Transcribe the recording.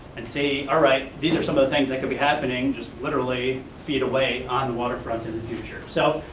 and say, alright, these are some of the things that could be happening, just literally, feed away on waterfront in the future. so,